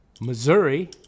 Missouri